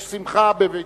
יש שמחה בביתו,